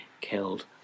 killed